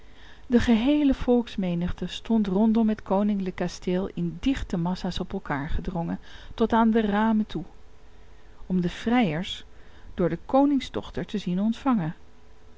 de geheele volksmenigte stond rondom het koninklijk kasteel in dichte massa's op elkaar gedrongen tot aan de ramen toe om de vrijers door de koningsdochter te zien ontvangen